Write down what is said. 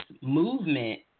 movement